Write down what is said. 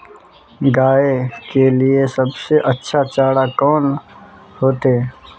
गाय के लिए सबसे अच्छा चारा कौन होते?